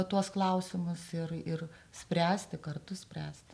tuos klausimus ir ir spręsti kartu spręsti